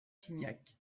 signac